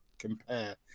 Compare